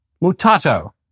mutato